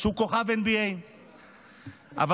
שהוא כוכב NBA. אבל,